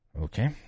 Okay